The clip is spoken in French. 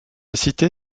cité